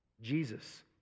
Jesus